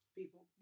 people